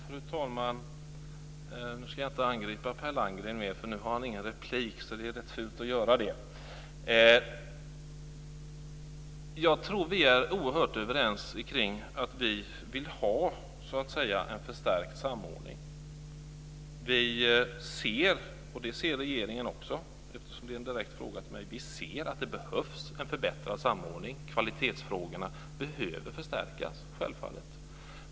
Fru talman! Jag ska inte angripa Per Landgren mer, för nu har han inte längre någon replik. Det är rätt fult att göra det. Jag tror att vi är oerhört överens ikring att vi vill ha en förstärkt samordning. Vi ser, och det ser regeringen också, att det behövs en förbättrad samordning. Kvalitetsfrågorna behöver förstärkas, självfallet.